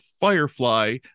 firefly